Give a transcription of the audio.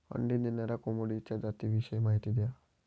अंडी देणाऱ्या कोंबडीच्या जातिविषयी माहिती द्या